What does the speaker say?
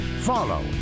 Follow